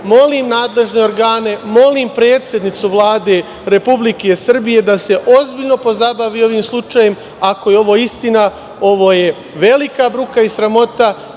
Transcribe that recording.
molim nadležne organe, molim, predsednicu Vlade Republike Srbije da se ozbiljno pozabavim ovim slučajem. Ako je ovo istina, ovo je velika bruka i sramota